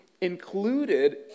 included